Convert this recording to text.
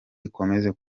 ikomeze